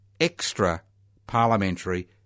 extra-parliamentary